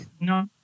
No